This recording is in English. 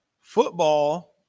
football